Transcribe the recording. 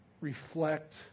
reflect